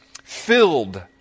filled